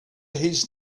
his